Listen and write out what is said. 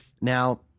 Now